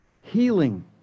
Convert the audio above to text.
healing